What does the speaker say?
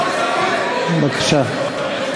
בבקשה.